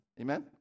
Amen